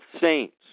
saints